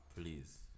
Please